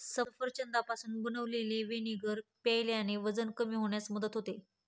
सफरचंदापासून बनवलेले व्हिनेगर प्यायल्याने वजन कमी होण्यास मदत होते